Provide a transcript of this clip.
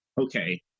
okay